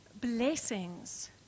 blessings